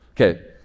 Okay